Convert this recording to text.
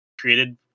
created